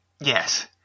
Yes